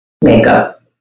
makeup